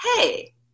Hey